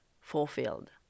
fulfilled